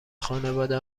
خانواده